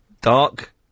dark